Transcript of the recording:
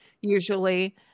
usually